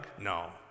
No